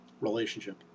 relationship